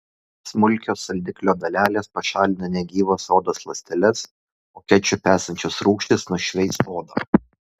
smulkios saldiklio dalelės pašalina negyvas odos ląsteles o kečupe esančios rūgštys nušveis odą